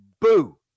boo